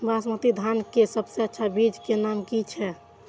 बासमती धान के सबसे अच्छा बीज के नाम की छे?